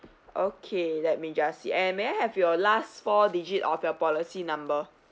okay let me just see and may I have your last four digit of your policy number